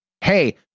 hey